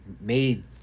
made